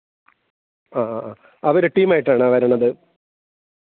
ആ ആ അവർ ടീമായിട്ടാണോ വരുന്നത്